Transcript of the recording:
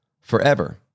forever